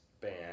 band